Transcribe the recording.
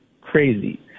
crazy